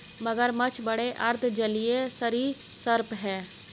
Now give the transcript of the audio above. मगरमच्छ बड़े अर्ध जलीय सरीसृप हैं